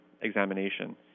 examination